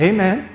Amen